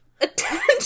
attention